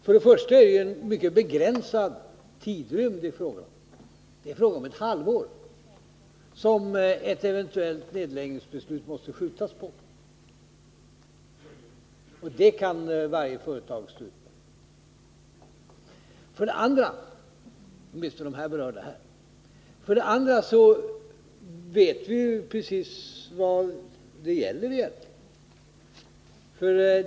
För det första är det fråga om en mycket begränsad tidrymd, nämligen ett halvår, som ett eventuellt nedläggningsbeslut måste skjutas fram. Det kan varje företag stå ut med, åtminstone de här berörda. För det andra vet vi precis vad det gäller.